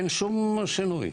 אין שום שינוי.